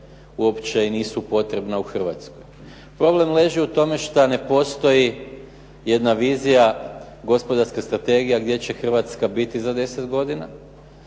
uopće i nisu potrebna u Hrvatskoj. Problem leži u tome šta ne postoji jedna vizija, gospodarska strategija gdje će Hrvatska biti za 10 godina